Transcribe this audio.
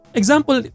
example